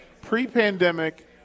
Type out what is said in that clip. pre-pandemic